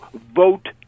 vote